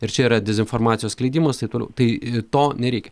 ir čia yra dezinformacijos skleidimas taip toliau tai to nereikia